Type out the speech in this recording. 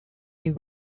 new